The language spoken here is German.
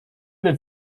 den